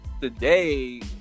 today